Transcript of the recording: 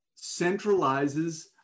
centralizes